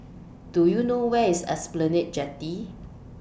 Do YOU know Where IS Esplanade Jetty